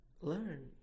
learn